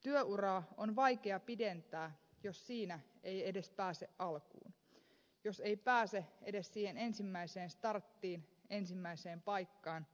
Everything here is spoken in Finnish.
työuraa on vaikea pidentää jos siinä ei edes pääse alkuun jos ei pääse edes siihen ensimmäiseen starttiin ensimmäiseen paikkaan